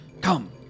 Come